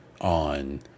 on